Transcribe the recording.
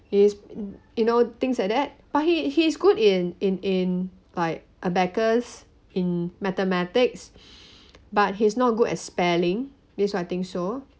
he's you know things like that but he he's good in in in like abacus in mathematics but he's not good at spelling this is what I think so